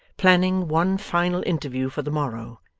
planning one final interview for the morrow,